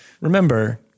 Remember